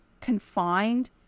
confined